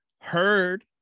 heard